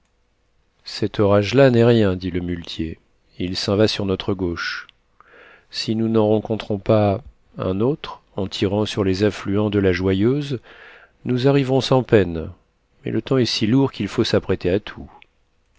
cet orage là n'est rien dit le muletier il s'en va sur notre gauche si nous n'en rencontrons pas un autre en tirant sur les affluents de la joyeuse nous arriverons sans peine mais le temps est si lourd qu'il faut s'apprêter à tout